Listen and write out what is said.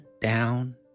down